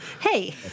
Hey